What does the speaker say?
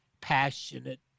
passionate